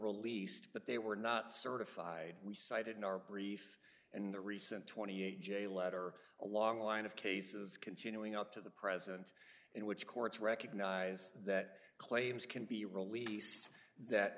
released but they were not certified we cited in our brief and in the recent twenty eight j letter a long line of cases continuing up to the present in which courts recognize that claims can be released that